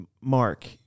Mark